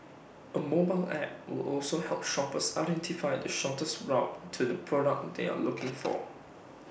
A mobile app will also help shoppers identify the shortest route to the product they are looking for